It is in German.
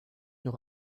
noch